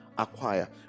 acquire